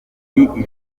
ijwi